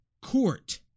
court